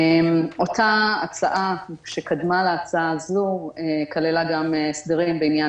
אותה הצעה שקדמה להצעה הזו כללה גם הסדרים בעניין